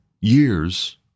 years